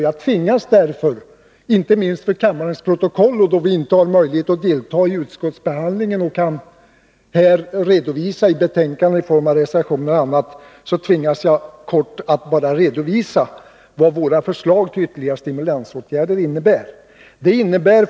Jag tvingas därför — inte minst för kammarens protokoll och eftersom vi inte har möjlighet att delta i utskottsbehandlingen och göra någon redovisning i betänkandet i form av reservationer och annat — kort redovisa vad våra förslag till ytterligare stimulansåtgärder innebär.